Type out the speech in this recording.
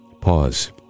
Pause